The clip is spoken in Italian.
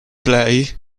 play